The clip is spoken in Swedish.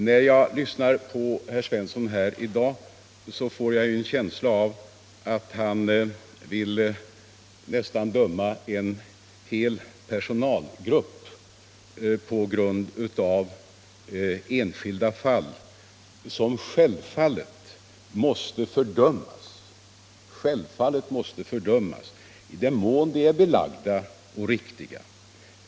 När jag lyssnar till herr Svensson i dag får jag en känsla av att han nästan vill döma en hel personalgrupp på grund av enskilda fall. Självklart måste övergrepp fördömas — i den mån de är belagda och uppgifterna riktiga.